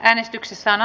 äänestyksessä